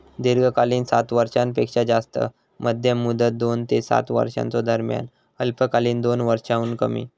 दीर्घकालीन सात वर्षांपेक्षो जास्त, मध्यम मुदत दोन ते सात वर्षांच्यो दरम्यान, अल्पकालीन दोन वर्षांहुन कमी